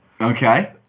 Okay